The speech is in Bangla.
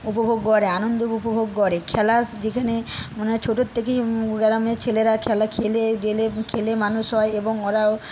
উপভোগ করে আনন্দ উপভোগ করে খেলার যেখানে মানে ছোটো থেকেই গ্রামের ছেলেরা খেলা খেলে ডেলে খেলে মানুষ হয় এবং ওরাও